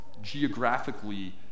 geographically